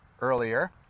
earlier